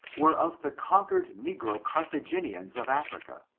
were of the conquered negro carthaginians of africa,